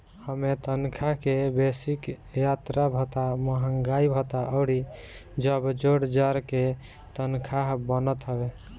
इमें तनखा के बेसिक, यात्रा भत्ता, महंगाई भत्ता अउरी जब जोड़ जाड़ के तनखा बनत हवे